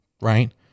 Right